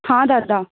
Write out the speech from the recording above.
हा दादा